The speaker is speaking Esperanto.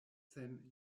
sen